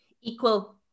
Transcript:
Equal